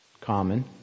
common